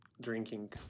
drinking